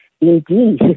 Indeed